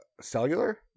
Cellular